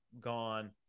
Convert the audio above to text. gone